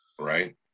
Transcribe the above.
Right